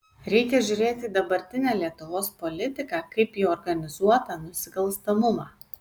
reikia žiūrėti į dabartinę lietuvos politiką kaip į organizuotą nusikalstamumą